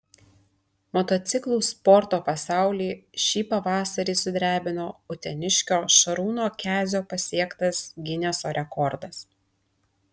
motociklų sporto pasaulį šį pavasarį sudrebino uteniškio šarūno kezio pasiektas gineso rekordas